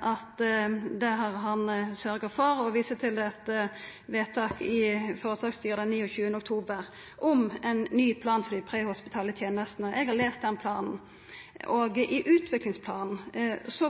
at det har han sørgja for, og han viser til vedtak i føretaksstyret 29. oktober om ein ny plan for dei prehospitale tenestene. Eg har lese den planen. I utviklingsplanen